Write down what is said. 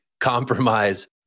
compromise